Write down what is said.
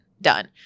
done